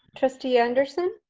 trustee anderson.